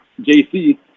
jc